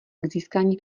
získání